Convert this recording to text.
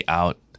out